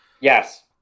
Yes